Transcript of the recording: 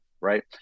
Right